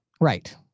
Right